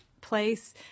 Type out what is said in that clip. place –